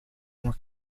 more